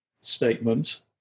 statement